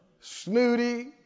Snooty